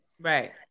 Right